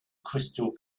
crystal